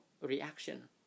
reaction